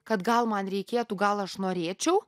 kad gal man reikėtų gal aš norėčiau